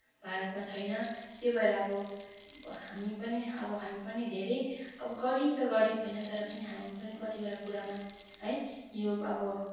भारतमा छैन त्यो भएर अब हामी पनि अब हामी पनि धेरै अब गरिब त गरिब होइन तर हामी पनि कतिवटा कुरामा है यो अब